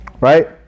Right